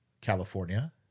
California